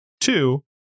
two